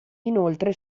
inoltre